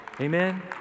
Amen